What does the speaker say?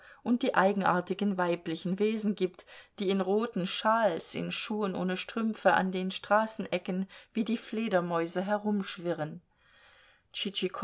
und die eigenartigen weiblichen wesen gibt die in roten schals in schuhen ohne strümpfe an den straßenecken wie die fledermäuse herumschwirren